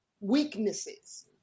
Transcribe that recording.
weaknesses